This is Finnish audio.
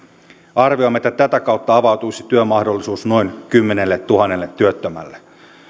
arvioimme että tätä kautta avautuisi työmahdollisuus noin kymmenelletuhannelle työttömälle